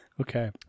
Okay